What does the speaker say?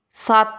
ਸੱਤ